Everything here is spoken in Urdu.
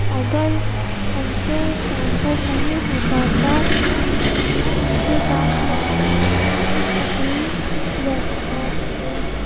اگر ان سے فون پر نہیں ہو پاتا تو میں ان کے پاس لے کے جاتی ہوں اپنی لیپ ٹاپ کو